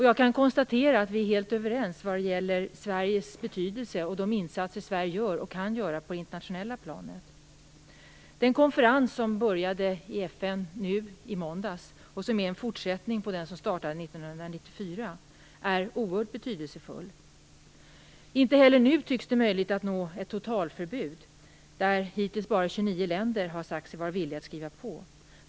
Jag kan konstatera att vi är helt överens vad det gäller Sveriges betydelse och de insatser Sverige gör och kan göra på det internationella planet. Den konferens som började i FN i måndags, som är en fortsättning på den som startade 1994, är oerhört betydelsefull. Inte heller nu tycks det möjligt att nå ett totalförbud. Hittills har bara 29 länder sagt sig vara villiga att skriva på.